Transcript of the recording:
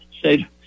say